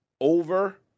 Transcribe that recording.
over